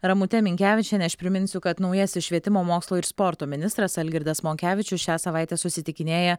ramute minkevičiene aš priminsiu kad naujasis švietimo mokslo ir sporto ministras algirdas monkevičius šią savaitę susitikinėja